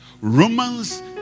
Romans